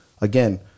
again